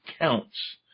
counts